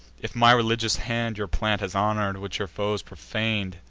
if my religious hand your plant has honor'd, which your foes profan'd,